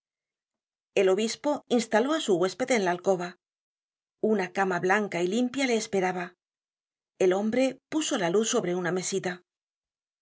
el obispo instaló á su huésped en la alcoba una cama blanca y limpia le esperaba el hombre puso la luz sobre una mesita